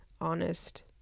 honest